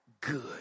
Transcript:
good